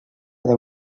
deu